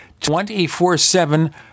24-7